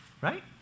right